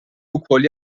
wkoll